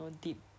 deep